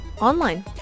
online